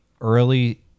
early